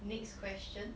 next question